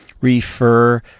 refer